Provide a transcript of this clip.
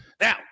Now